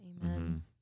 Amen